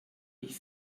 ich